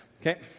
Okay